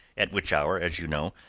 at which hour, as you know,